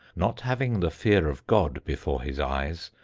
not having the fear of god before his eyes,